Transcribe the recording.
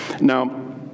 Now